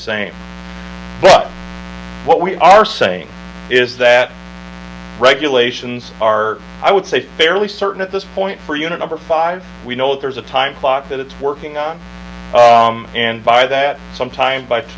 but what we are saying is that regulations are i would say fairly certain at this point for unit number five we know there's a time clock that it's working on and by that some time b